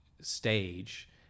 stage